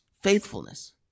Faithfulness